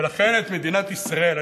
ולכן אני מקווה